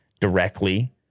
directly